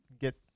get